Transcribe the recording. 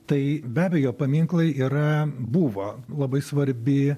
tai be abejo paminklai yra buvo labai svarbi